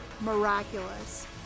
miraculous